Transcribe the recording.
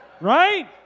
right